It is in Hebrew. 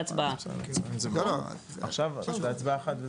בהצעה אחת וזהו?